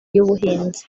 y’ubuhinzi